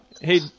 hey